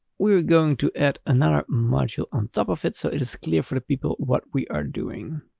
we're going to add another module on top of it, so it is clear for people what we are doing.